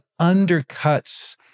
undercuts